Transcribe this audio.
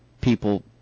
people –